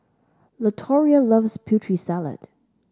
Latoria loves Putri Salad